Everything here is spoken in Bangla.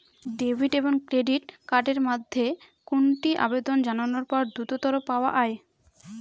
ডেবিট এবং ক্রেডিট কার্ড এর মধ্যে কোনটি আবেদন জানানোর পর দ্রুততর পাওয়া য়ায়?